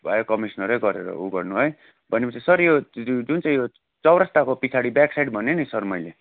via कमिस्नरै गरेर उ गर्नु है भनेपछि सर यो जु जु जुन चाहिँ यो चौरास्ताको पछाडि ब्याक साइड भने नि सर मैले